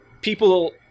people